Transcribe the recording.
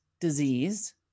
disease